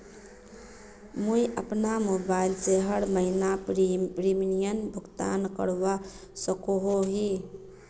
मुई अपना मोबाईल से हर महीनार प्रीमियम भुगतान करवा सकोहो ही?